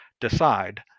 decide